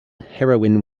heroin